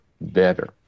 better